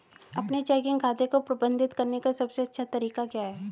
अपने चेकिंग खाते को प्रबंधित करने का सबसे अच्छा तरीका क्या है?